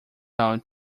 out